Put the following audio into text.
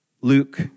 Luke